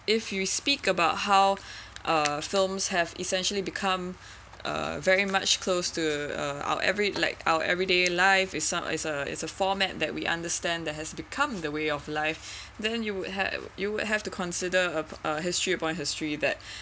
if you speak about how uh films have essentially become a very much close to uh our every like our everyday life is some is a format that we understand that has become the way of life then you would have you would have to consider a a history upon history that